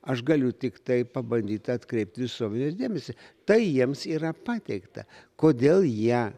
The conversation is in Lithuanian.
aš galiu tiktai pabandyti atkreipti visuomenės dėmesį tai jiems yra pateikta kodėl jie